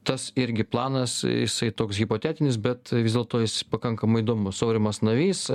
tas irgi planas jisai toks hipotetinis bet vis dėlto jis pakankamai įdomus aurimas navys